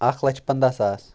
اَکھ لَچھ پَنٛداہ ساس